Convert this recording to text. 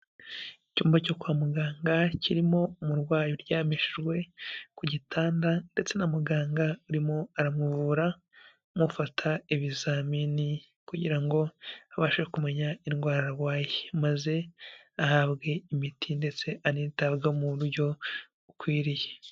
Icyumba cyo kwa muganga kirimo umurwayi uryamishijwe ku gitanda ndetse na muganga urimo aramuvura, amufata ibizamini kugira ngo abashe kumenya indwara arwaye maze ahabwe imiti ndetse anitabweho mu buryo bukwiriye.